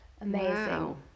Amazing